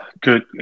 good